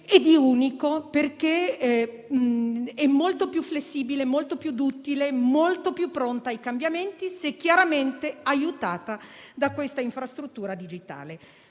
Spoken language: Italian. e di unico, perché è molto più flessibile, molto più duttile e molto più pronta ai cambiamenti, chiaramente se aiutata da questa infrastruttura digitale.